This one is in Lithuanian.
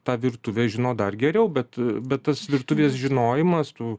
tą virtuvę žino dar geriau bet bet tas dirbtuvės žinojimas tų